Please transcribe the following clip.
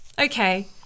Okay